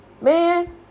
man